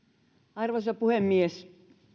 arvoisa puhemies